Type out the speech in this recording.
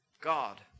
God